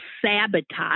sabotage